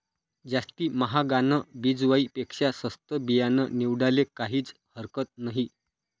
जास्ती म्हागानं बिजवाई पेक्शा सस्तं बियानं निवाडाले काहीज हरकत नही